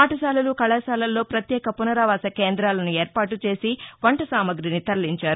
పాఠశాలలు కళాశాలల్లో పత్యేక పునరావాస కేందాలను ఏర్పాటు చేసి వంట సామాగ్రిని తరలించారు